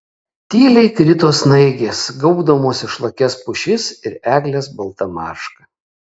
tyliai krito snaigės gaubdamos išlakias pušis ir egles balta marška